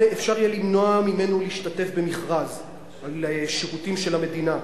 אפשר יהיה למנוע ממנו להשתתף במכרז על שירותים של המדינה,